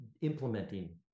implementing